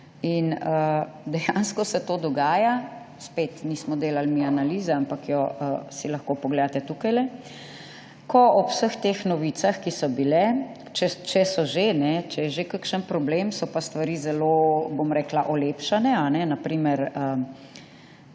ni. Dejansko se to dogaja. Spet, nismo delali mi analize, ampak si jo lahko pogledate tukajle / pokaže zboru/. Ob vseh teh novicah, ki so bile, če so že, če je že kakšen problem, so pa stvari zelo, bom rekla, olepšane. Na primer: